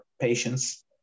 patients